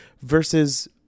versus